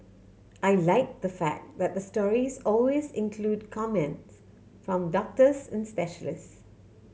I like the fact that the stories always include comments from doctors and specialist